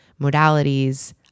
modalities